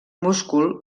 múscul